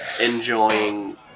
enjoying